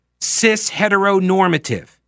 Cis-heteronormative